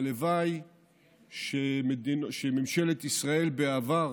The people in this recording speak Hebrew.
והלוואי שממשלת ישראל בעבר